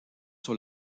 sur